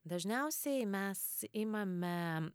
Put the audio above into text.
dažniausiai mes imame